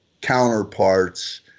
counterparts